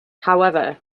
however